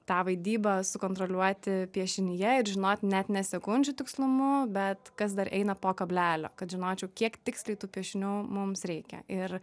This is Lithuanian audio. tą vaidybą sukontroliuoti piešinyje ir žinot net ne sekundžių tikslumu bet kas dar eina po kablelio kad žinočiau kiek tiksliai tų piešinių mums reikia ir